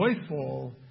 joyful